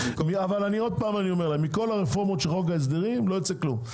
לא יצא כלום,